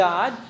God